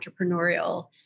entrepreneurial